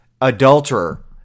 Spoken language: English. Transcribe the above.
adulterer